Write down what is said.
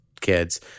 kids